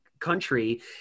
country